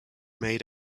made